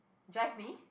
drive me